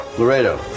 Laredo